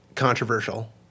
controversial